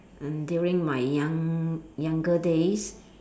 and during my young younger days